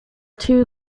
two